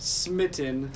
smitten